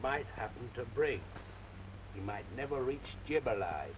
might happen to break you might never reach get by